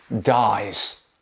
dies